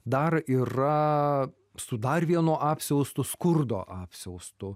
dar yra su dar vienu apsiaustu skurdo apsiaustu